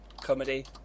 comedy